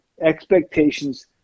expectations